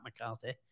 McCarthy